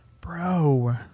Bro